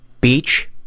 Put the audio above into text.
beach